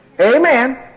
amen